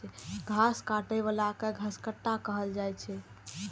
घास काटै बला कें घसकट्टा कहल जाइ छै